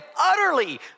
Utterly